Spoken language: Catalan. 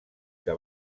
que